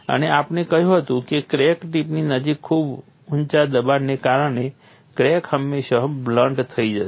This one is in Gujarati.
અને આપણે કહ્યું હતું કે ક્રેક ટિપની નજીક ખૂબ ઊંચા દબાણને કારણે ક્રેક હંમેશાં બ્લન્ટ થઈ જશે